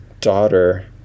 daughter